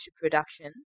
production